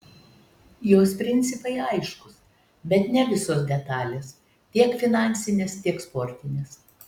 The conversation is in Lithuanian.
jos principai aiškūs bet ne visos detalės tiek finansinės tiek sportinės